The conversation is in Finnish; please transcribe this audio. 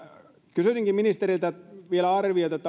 kysyisinkin ministeriltä vielä arvioita